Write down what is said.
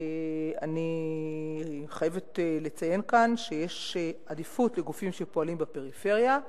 אני חייבת לציין כאן שיש עדיפות לגופים שפועלים בפריפריה,